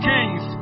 Kings